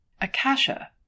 Akasha